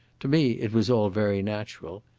to me it was all very natural.